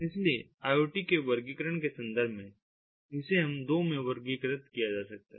इसलिए IoT के वर्गीकरण के संदर्भ में इसे दो में वर्गीकृत किया जा सकता है